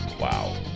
Wow